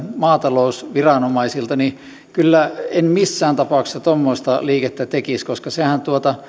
maatalousviranomaisilta kyllä en missään tapauksessa tuommoista liikettä tekisi koska sehän